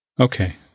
Okay